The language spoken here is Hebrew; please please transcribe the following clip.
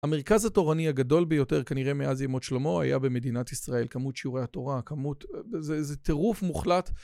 המרכז התורני הגדול ביותר כנראה מאז ימות שלמה היה במדינת ישראל, כמות שיעורי התורה, כמות, זה זה טירוף מוחלט.